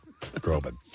Groban